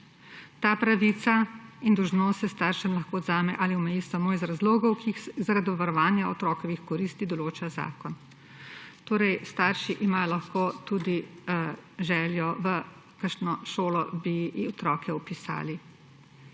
Ta pravica in dolžnost se staršem lahko odvzame ali omeji samo iz razlog, ki jih zaradi varovanja otrokovih koristi določa zakon.« Torej, starši imajo lahko tudi željo, v kakšno šolo bi otroke vpisali,